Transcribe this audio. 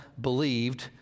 believed